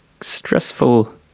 stressful